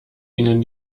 ihnen